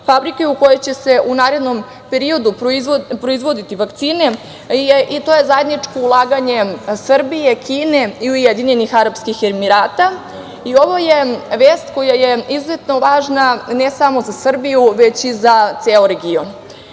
fabrike u kojoj će se u narednom periodu proizvoditi vakcine i to je zajedničko ulaganje Srbije, Kine i Ujedinjenih Arapskih Emirata. Ovo je vest koja je izuzetno važna ne samo za Srbiju, već i za ceo region.